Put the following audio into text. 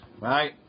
Right